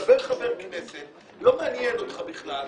מדבר חבר כנסת לא מעניין אותך בכלל,